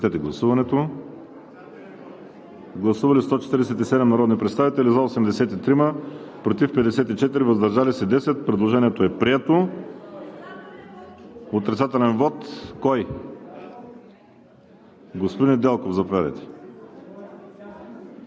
Гласували 147 народни представители: за 83, против 54, въздържали се 10. Предложението е прието. Отрицателен вот – господин Недялков, заповядайте.